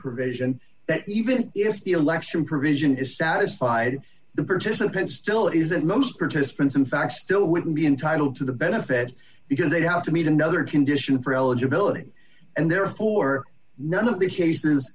provision that even if the election provision is satisfied the participant still isn't most participants in fact still wouldn't be entitled to the benefit because they have to meet another condition for eligibility and therefore none of these cases